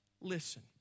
listen